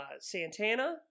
Santana